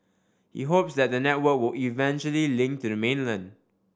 he hopes that the network will eventually link to the mainland